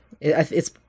it's-